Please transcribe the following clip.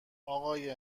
آقای